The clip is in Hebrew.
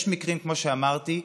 יש מקרים, כמו שאמרתי,